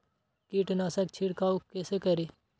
कीट नाशक छीरकाउ केसे करी?